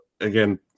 again